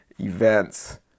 events